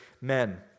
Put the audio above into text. men